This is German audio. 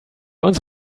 uns